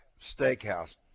Steakhouse